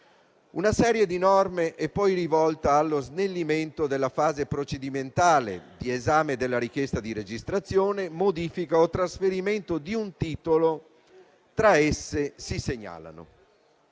Una serie di norme è poi rivolta allo snellimento della fase procedimentale, di esame della richiesta di registrazione, modifica o trasferimento di un titolo. Tra esse si segnalano: